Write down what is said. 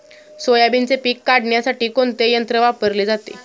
सोयाबीनचे पीक काढण्यासाठी कोणते यंत्र वापरले जाते?